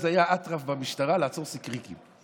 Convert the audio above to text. אז היה אטרף במשטרה לעצור סיקריקים.